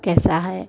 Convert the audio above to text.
कैसा है